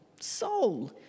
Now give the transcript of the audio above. soul